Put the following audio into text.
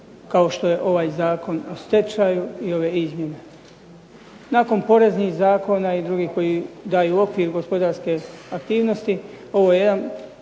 kao što je ovaj Zakon o stečaju i ove izmjene. Nakon poreznih zakona i drugih koji daju okvir gospodarske aktivnosti ovo je jedan